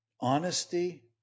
honesty